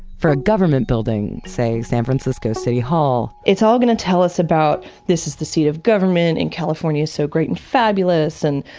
for a government building say, san francisco city hall. it's all going to tell us about, this is the seat of government, and california's so great and fabulous and,